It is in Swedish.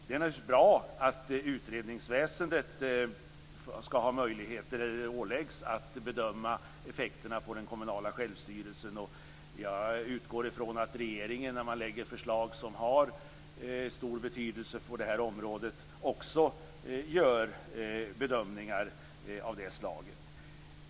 Det är naturligtvis bra att utredningsväsendet åläggs att bedöma effekterna på den kommunala självstyrelsen. Jag utgår ifrån att regeringen också gör bedömningar av det slaget när man lägger förslag som har stor betydelse på det här området.